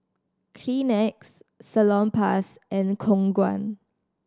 Kleenex Salonpas and Khong Guan